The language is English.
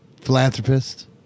philanthropist